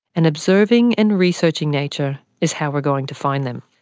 and observing and researching nature is how we're going to find them.